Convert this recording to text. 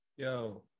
Yo